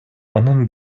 анын